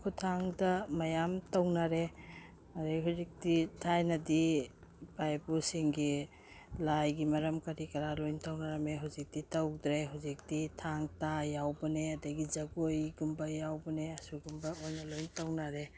ꯈꯨꯊꯥꯡꯗ ꯃꯌꯥꯝ ꯇꯧꯅꯔꯦ ꯑꯗꯩ ꯍꯧꯖꯤꯛꯇꯤ ꯊꯥꯏꯅꯗꯤ ꯏꯄꯥ ꯏꯄꯨꯁꯤꯡꯒꯤ ꯂꯥꯏꯒꯤ ꯃꯔꯝ ꯀꯔꯤ ꯀꯔꯥ ꯂꯣꯏ ꯇꯧꯅꯔꯝꯏ ꯍꯧꯖꯤꯛꯇꯤ ꯇꯧꯗ꯭ꯔꯦ ꯍꯧꯖꯤꯛꯇꯤ ꯊꯥꯡ ꯇꯥ ꯌꯥꯎꯕꯅꯦ ꯑꯗꯩ ꯖꯒꯣꯏꯒꯨꯝꯕ ꯌꯥꯎꯕꯅꯦ ꯁꯨꯒꯨꯝꯕ ꯑꯣꯏ ꯂꯣꯏ ꯇꯧꯅꯔꯦ